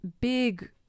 big